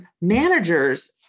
managers